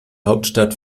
hauptstadt